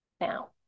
Now